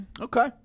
Okay